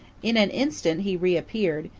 in an instant he reappeared,